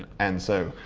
and so